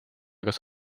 kas